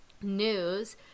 news